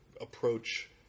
approach